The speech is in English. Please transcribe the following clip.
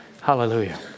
Hallelujah